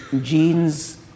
genes